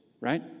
right